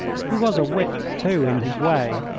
he was a wit, too, in his way,